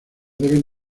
deben